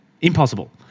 impossible